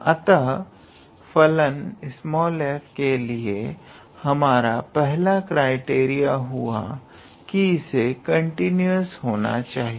अतः फलन f के लिए हमारा पहला क्राइटेरिया हुआ कि इसे कंटीन्यूअस होना चाहिए